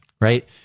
right